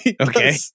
Okay